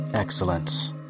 excellent